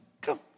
come